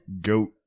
goat